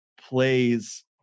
plays